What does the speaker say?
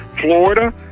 Florida